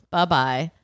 Bye-bye